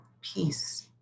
peace